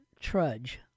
trudge